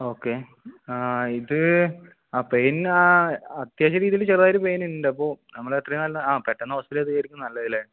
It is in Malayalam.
ഓക്കേ ആ ഇത് ആ പെയിൻ ആ അത്യാവശ്യം രീതിയിൽ ചെറുതായൊരു പെയിൻ ഉണ്ട് അപ്പോൾ നമ്മളത്രയും നല്ല ആ പെട്ടെന്ന് ഹോസ്പിറ്റൽ എത്തുന്നതായിരിക്കും നല്ലതല്ലേ